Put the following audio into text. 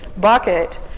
bucket